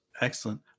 Excellent